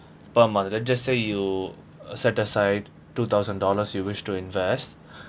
let's just say you set aside two thousand dollars you wish to invest